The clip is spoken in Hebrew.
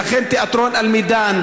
לכן תאטרון אל-מידאן,